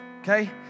Okay